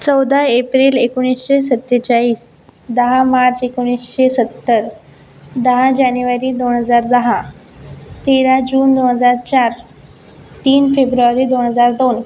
चौदा एप्रिल ऐकोणीशे सत्तेचाळीस दहा मार्च ऐकोणीशे सत्तर दहा जानेवारी दोन हजार दहा तेरा जून दोन हजार चार तीन फेब्रुवारी दोन हजार दोन